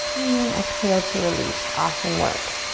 and then exhale to release. awesome work.